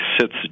sits